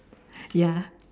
ya